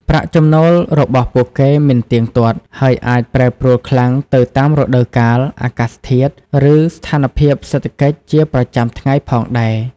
ប្រាក់ចំណូលរបស់ពួកគេមិនទៀងទាត់ ហើយអាចប្រែប្រួលខ្លាំងទៅតាមរដូវកាល អាកាសធាតុ ឬស្ថានភាពសេដ្ឋកិច្ចជាប្រចាំថ្ងៃផងដែរ ។